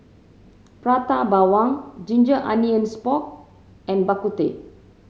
Prata Bawang ginger onions pork and Bak Kut Teh